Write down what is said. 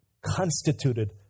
constituted